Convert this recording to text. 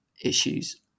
issues